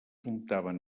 comptaven